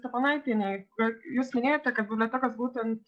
steponaitienei kad jūs minėjote kad bibliotekos būtent